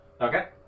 Okay